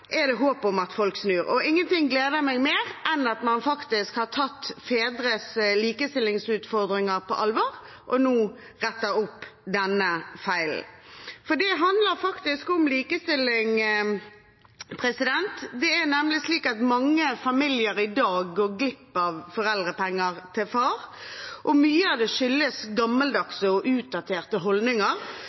er det håp om at folk snur. Og ingenting gleder meg mer enn at man faktisk har tatt fedres likestillingsutfordringer på alvor og nå retter opp denne feilen, for det handler faktisk om likestilling. Det er nemlig slik at mange familier i dag går glipp av foreldrepenger til far, og mye av det skyldes gammeldagse og utdaterte holdninger